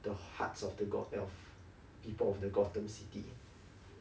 the hearts of the goth~ err people of the gotham city